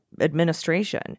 administration